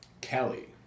Kelly